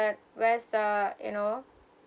where's the you know